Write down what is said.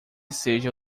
seja